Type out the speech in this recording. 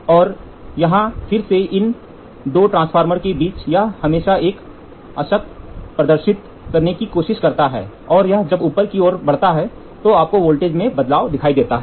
और यहाँ फिर से यह इन दो ट्रांसफार्मर के बीच है यह हमेशा एक अशक्त प्रदर्शित करने की कोशिश करता है और जब यह ऊपर की ओर बढ़ता है तो आपको वोल्टेज में बदलाव दिखाई देता है